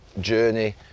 journey